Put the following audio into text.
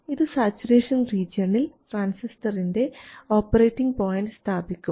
ഇത് സാച്ചുറേഷൻ റീജിയണിൽ ട്രാൻസിസ്റ്ററിൻറെ ഓപ്പറേറ്റിംഗ് പോയിൻറ് സ്ഥാപിക്കും